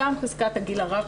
גם חזקת הגיל הרך,